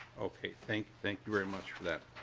okay thank thank you very much for that.